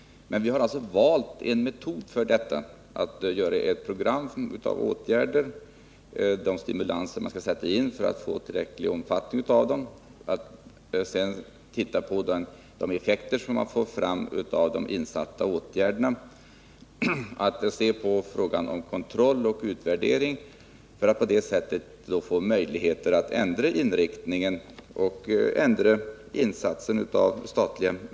Och vi har valt en metod för detta: först upprätta ett program med olika åtgärder, förslag till stöd och stimulanser för att få tillräcklig omfattning och därefter göra kontroll och utvärdering av åtgärderna i akt och mening att ändra omfattning och Nr 52 inriktning om utvärderingen talar för detta.